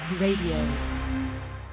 Radio